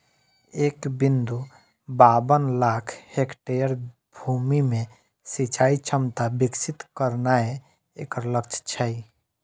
एक बिंदु बाबन लाख हेक्टेयर भूमि मे सिंचाइ क्षमता विकसित करनाय एकर लक्ष्य छै